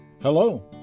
Hello